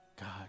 God